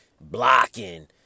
blocking